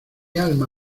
alma